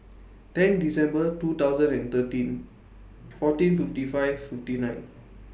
ten December two thousand and thirteen fourteen fifty five fifty nine